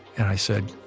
and i said,